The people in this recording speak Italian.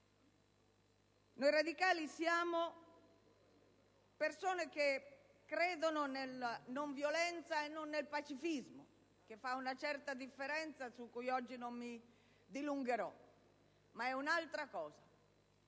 Noi radicali siamo persone che credono nella non violenza, e non nel pacifismo, che fa una certa differenza (su cui oggi non mi dilungherò): è un'altra cosa.